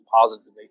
positively